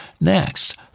Next